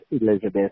Elizabeth